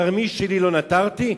כרמי שלי לא נטרתי".